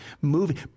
Moving